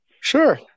Sure